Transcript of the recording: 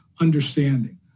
understanding